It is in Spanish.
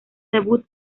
debut